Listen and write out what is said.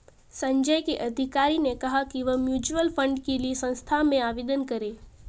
संजय के अधिकारी ने कहा कि वह म्यूच्यूअल फंड के लिए संस्था में आवेदन करें